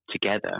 together